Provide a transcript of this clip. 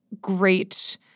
great –